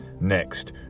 next